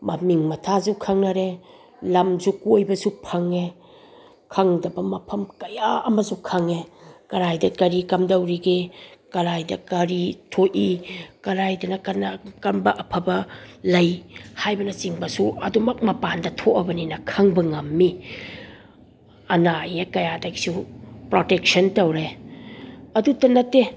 ꯃꯃꯤꯡ ꯃꯊꯥꯁꯨ ꯈꯪꯅꯔꯦ ꯂꯝꯁꯨ ꯀꯣꯏꯕꯁꯨ ꯐꯪꯉꯦ ꯈꯪꯗꯕ ꯃꯐꯝ ꯀꯌꯥ ꯑꯃꯁꯨ ꯈꯪꯉꯦ ꯀꯗꯥꯏꯗ ꯀꯔꯤ ꯀꯝꯗꯧꯔꯤꯒꯦ ꯀꯗꯥꯏꯗ ꯀꯔꯤ ꯊꯣꯛꯏ ꯀꯗꯥꯏꯗꯅ ꯀꯅꯥ ꯀꯔꯝꯕ ꯑꯐꯕ ꯂꯩ ꯍꯥꯏꯕꯅ ꯆꯤꯡꯕꯁꯨ ꯑꯗꯨꯝꯃꯛ ꯃꯄꯥꯟꯗ ꯊꯣꯛꯂꯕꯅꯤꯅ ꯈꯪꯕ ꯉꯝꯏ ꯑꯅꯥ ꯑꯌꯦꯛ ꯀꯌꯥꯗꯒꯤꯁꯨ ꯄ꯭ꯔꯣꯇꯦꯛꯁꯟ ꯇꯧꯔꯦ ꯑꯗꯨꯗ ꯅꯠꯇꯦ